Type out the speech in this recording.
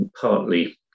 partly